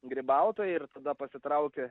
grybautojai ir tada pasitraukia